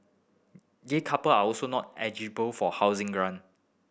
gay couple are also not eligible for housing grant